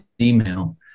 email